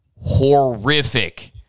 Horrific